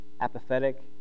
apathetic